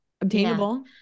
obtainable